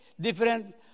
different